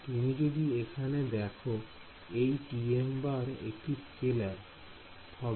তুমি যদি এখানে দেখো এই একটি স্কেলার হবে